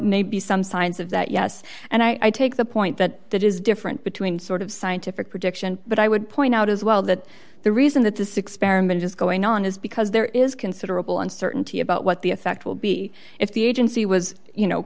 maybe some signs of that yes and i take the point that that is different between sort of scientific prediction but i would point out as well that the reason that this experiment is going on is because there is considerable uncertainty about what the effect will be if the agency was you know